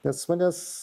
nes manęs